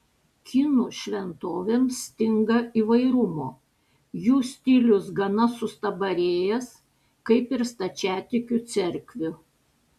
kinų šventovėms stinga įvairumo jų stilius gana sustabarėjęs kaip ir stačiatikių cerkvių